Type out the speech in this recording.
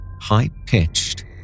high-pitched